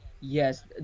Yes